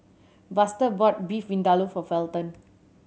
Buster bought Beef Vindaloo for Felton